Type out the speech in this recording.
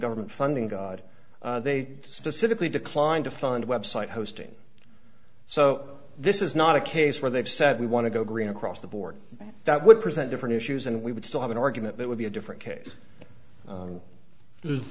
government funding god they specifically declined to fund website hosting so this is not a case where they've said we want to go green across the board that would present different issues and we would still have an argument that would be a different case